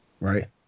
right